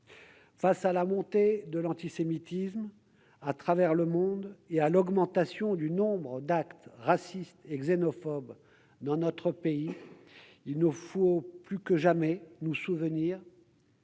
Face à la montée de l'antisémitisme à travers le monde et à l'augmentation du nombre d'actes racistes et xénophobes dans notre pays, il nous faut plus que jamais nous souvenir